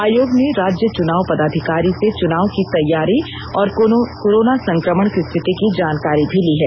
आयोग ने राज्य चुनाव पदाधिकारी से चुनाव की तैयारी और कोरोना संकमण की स्थिति की जानकारी भी ली है